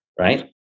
right